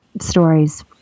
stories